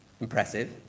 impressive